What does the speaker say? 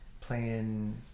playing